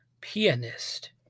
pianist